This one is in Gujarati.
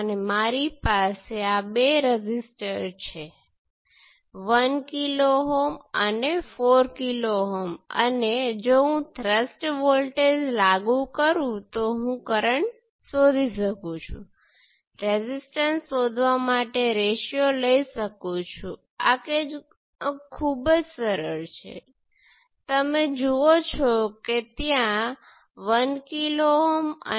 જે તમને 1 કિલો Ω અને Z22 આપે છે જે V2 બાય I2 એ પોર્ટ 1 ઓપન સર્કિટ સાથે છે જે 1 કિલો Ω પણ છે